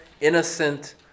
innocent